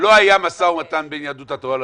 לא היה משא ומתן בין יהדות התורה לליכוד.